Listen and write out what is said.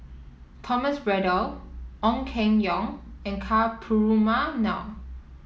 Thomas Braddell Ong Keng Yong and Ka Perumal